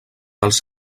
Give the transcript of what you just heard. els